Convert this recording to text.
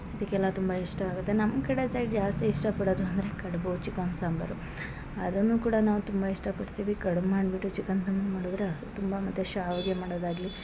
ಅದಕ್ಕೆಲ್ಲ ತುಂಬ ಇಷ್ಟ ಆಗುತ್ತೆ ನಮ್ಮ ಕಡೆ ಸೈಡ್ ಜಾಸ್ತಿ ಇಷ್ಟ ಪಡದು ಅಂದರೆ ಕಡುಬು ಚಿಕನ್ ಸಾಂಬರು ಅದನ್ನು ಕೂಡ ನಾವು ತುಂಬ ಇಷ್ಟ ಪಡ್ತೀವಿ ಕಡ್ಬು ಮಾಡ್ಬಿಟ್ಟು ಚಿಕನ್ ತಂದು ಮಾಡಿದ್ರೆ ಅದು ತುಂಬ ಮತ್ತು ಶಾವ್ಗೆ ಮಾಡೊದಾಗಲಿ